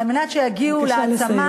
על מנת שהם יגיעו להעצמה,